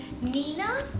Nina